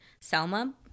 Selma